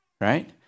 right